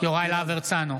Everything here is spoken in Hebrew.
יוראי להב הרצנו,